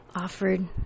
offered